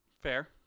Fair